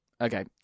Okay